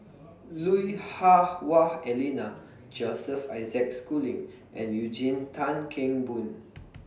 Lui Hah Wah Elena Joseph Isaac Schooling and Eugene Tan Kheng Boon